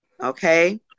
Okay